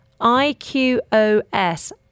IQOS